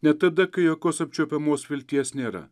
net tada kai jokios apčiuopiamos vilties nėra